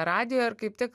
radijo ir kaip tik